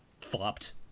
flopped